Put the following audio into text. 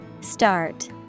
Start